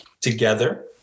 together